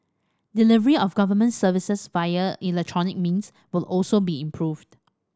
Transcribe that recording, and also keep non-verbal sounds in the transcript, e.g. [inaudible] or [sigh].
delivery of government services via electronic means [unintelligible] also be improved